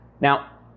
Now